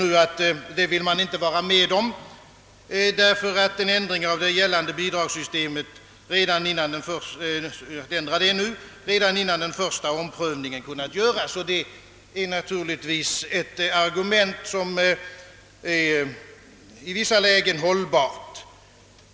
Utskottet vill emellertid inte vara med om en ändring av det gällande bidragssystemet redan innan den första omprövningen kunnat göras, och det är naturligtvis ett argument som i vissa lägen är hållbart.